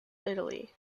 italy